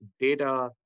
data